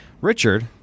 Richard